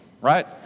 right